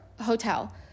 hotel